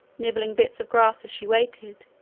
nibbling bits of grass as she waited,